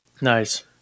Nice